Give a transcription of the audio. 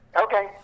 Okay